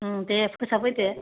उम दे फोसाब फैदो